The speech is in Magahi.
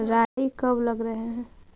राई कब लग रहे है?